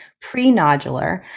pre-nodular